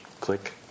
Click